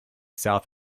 south